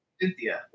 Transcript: Cynthia